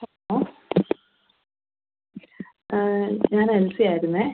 hello ഞാൻ അൽഫിയായിരുന്നു